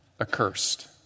accursed